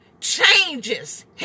changes